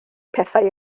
pethau